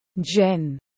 Jen